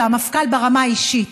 והמפכ"ל ברמה האישית,